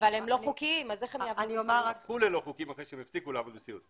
הם הפכו ללא חוקיים אחרי שהם הפסיקו לעבוד בסיעוד.